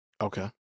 Okay